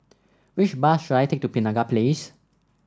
which bus should I take to Penaga Place